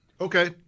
Okay